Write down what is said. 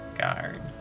guard